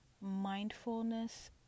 mindfulness